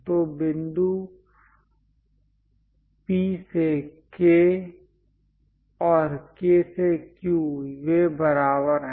तो बिंदु P से K और K से Q वे बराबर हैं